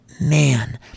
man